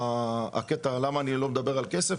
למה אני לא מדבר על כסף?